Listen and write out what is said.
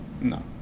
No